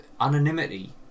Anonymity